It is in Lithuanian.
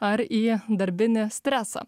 ar į darbinį stresą